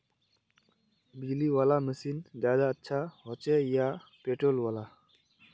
बिजली वाला मशीन ज्यादा अच्छा होचे या पेट्रोल वाला?